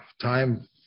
time